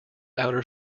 outer